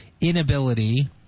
inability